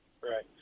Right